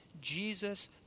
Jesus